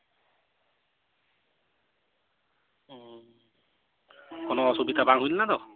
ᱦᱩᱸᱻ ᱠᱚᱱᱳ ᱚᱥᱩᱵᱤᱛᱟ ᱵᱟᱝ ᱦᱩᱭ ᱞᱮᱱᱟ ᱛᱚ